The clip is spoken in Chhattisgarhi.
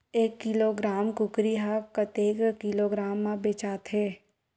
एक किलोग्राम कुकरी ह कतेक किलोग्राम म बेचाथे?